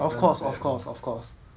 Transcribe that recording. of course of course of course